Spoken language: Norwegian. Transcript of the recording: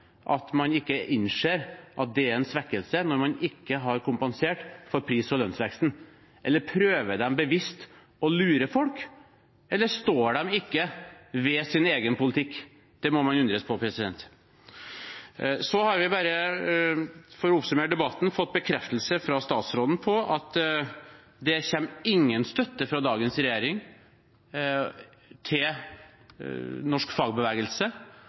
at man ikke innser at det er en svekkelse når man ikke har kompensert for pris- og lønnsveksten. Prøver de bevisst å lure folk? Eller står de ikke ved sin egen politikk? Det må man undres på. Så har vi, bare for å oppsummere debatten, fått bekreftelse fra statsråden på at det kommer ingen støtte fra dagens regjering til norsk fagbevegelse